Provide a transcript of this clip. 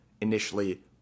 initially